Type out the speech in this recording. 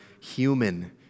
human